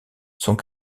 sont